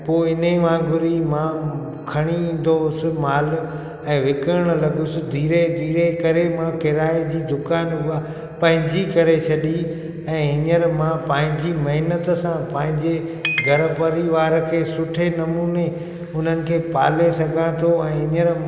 पो इन ई वांगुर ई मां खणी ईंदो हुउसि माल ऐं विकिणणु लॻियुसि धीरे धीरे करे मां किराए जी दुकानु उहा पंहिंजी करे छॾी ऐं हींअर मां पंहिंजी महिनत सां पंहिंजे घर परिवार खे सुठे नमूने हुननि खे पाले सघां थो ऐं हींअर